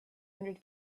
hundred